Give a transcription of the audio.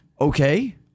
okay